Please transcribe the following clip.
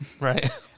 right